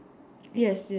yes yes